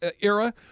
era